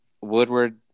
Woodward